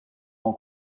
m’en